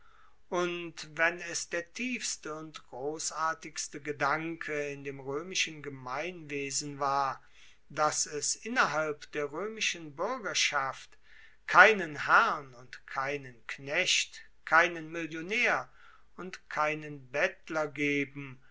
und wenn es der tiefste und grossartigste gedanke in dem roemischen gemeinwesen war dass es innerhalb der roemischen buergerschaft keinen herrn und keinen knecht keinen millionaer und keinen bettler geben